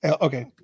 Okay